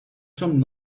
some